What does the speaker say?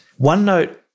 OneNote